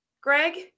Greg